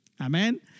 Amen